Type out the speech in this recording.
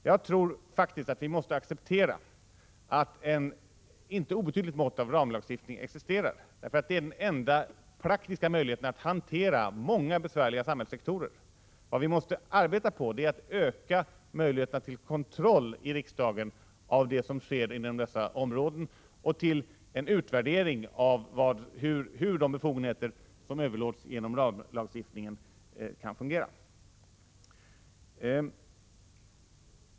Jag tror att vi måste acceptera att ett inte obetydligt mått av ramlagstiftning existerar, för det är den enda praktiska möjligheten att hantera många komplicerade samhällssektorer. Vad vi måste arbeta på är att öka möjligheterna till kontroll i riksdagen av det som sker inom dessa områden och till en utvärdering av hur de befogenheter som överlåts genom ramlagstiftning har utnyttjats.